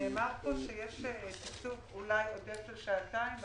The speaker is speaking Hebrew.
נאמר כאן שאולי יש תקצוב עודף של שעתיים.